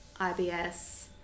ibs